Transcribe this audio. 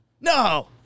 No